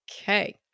Okay